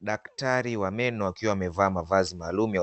Daktari wa meno akiwa amevalia mavazi maalumu